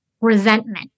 resentment